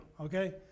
okay